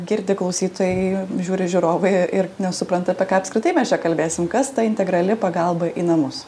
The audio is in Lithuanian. girdi klausytojai žiūri žiūrovai ir ir nesupranta apie ką apskritai mes čia kalbėsim kas ta integrali pagalba į namus